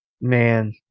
Man